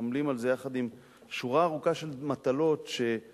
עמלים על זה יחד עם שורה ארוכה של מטלות שהוטלו